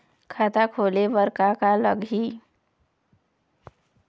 खाता खोले बर का का लगही?